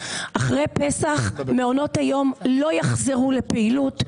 אחרי פסח מעונות היום לא יחזרו לפעילות.